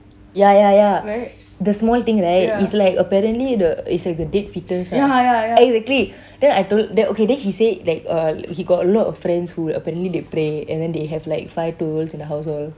ya ya ya the small thing right it's like apparently the it's like a dead foetus right exactly then I told tha~ then he said that uh he got a lot of friends who apparently they pray and then they have like fire tools in the house all